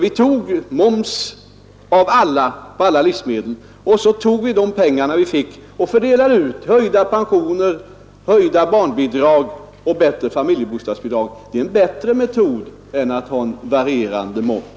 Vi tar ut moms på alla livsmedel och de pengar detta har inbringat har vi delat ut i form av förhöjda folkpensioner, höjda barnbidrag och bättre familjebostadsbidrag. Det är en bättre metod än att ha en varierande moms.